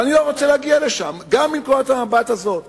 ואני לא רוצה להגיע לשם גם מנקודת המבט הזאת.